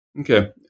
Okay